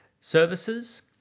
services